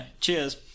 Cheers